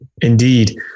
indeed